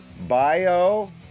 Bio